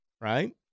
right